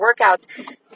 workouts